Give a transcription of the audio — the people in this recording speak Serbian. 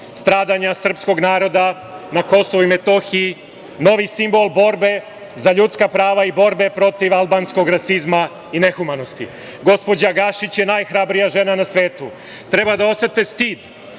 stradanja srpskog naroda na KiM, novi simbol borbe za ljudska prava i borbe protiv albanskog rasizma i nehumanosti. Gospođa Gašić je najhrabrija žena na svetu. Treba da osete stid